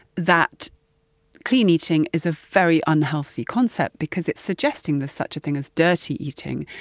that clean eating is a very unhealthy concept because it's suggesting there's such a thing as dirty eating,